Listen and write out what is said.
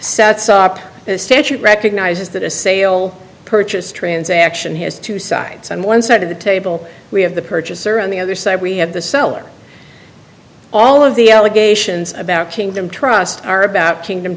sets up the statute recognizes that a sale purchase transaction has two sides on one side of the table we have the purchaser on the other side we have the seller all of the allegations about kingdom trust are about kingdom